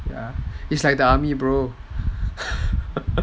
it's like the army bro